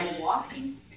walking